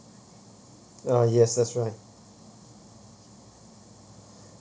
uh yes that's right